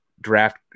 draft